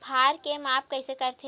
भार के माप कइसे करथे?